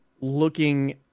looking